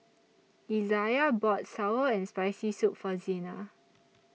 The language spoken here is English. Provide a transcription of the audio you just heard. Izayah bought Sour and Spicy Soup For Zena